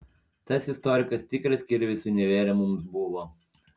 tas istorikas tikras kirvis univere mums buvo